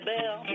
Bell